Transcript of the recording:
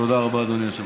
תודה רבה, אדוני היושב-ראש.